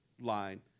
line